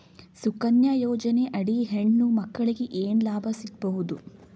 ಸುಕನ್ಯಾ ಯೋಜನೆ ಅಡಿ ಹೆಣ್ಣು ಮಕ್ಕಳಿಗೆ ಏನ ಲಾಭ ಸಿಗಬಹುದು?